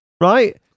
Right